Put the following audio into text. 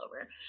over